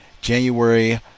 january